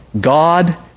God